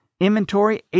inventory